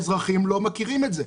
האזרחים לא מכירים את זה.